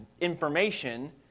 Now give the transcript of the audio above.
information